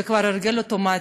זה כבר הרגל אוטומטי: